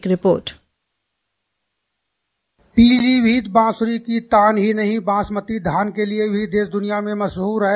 एक रिपोर्ट पीलीभीत बांसुरी की तान ही नहीं बांसमती धान के लिए भी देश द्रनिया में मशहूर है